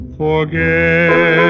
forget